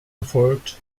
erfolgt